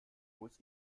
muss